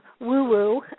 woo-woo